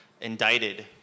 indicted